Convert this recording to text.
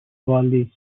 volley